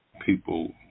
people